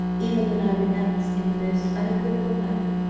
even when i renounce, in the most unequivocal manner,